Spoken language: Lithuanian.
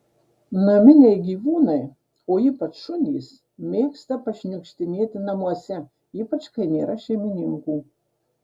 naminiai gyvūnai o ypač šunys mėgsta pašniukštinėti namuose ypač kai nėra šeimininkų